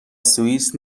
سوئیس